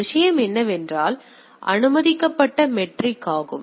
எனவே விஷயம் என்னவென்றால் இது அனுமதிக்கப்பட்ட மெட்ரிக் ஆகும்